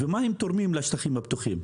מה הם תורמים לשטחים הפתוחים?